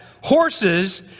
horses